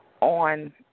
on